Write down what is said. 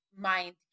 mind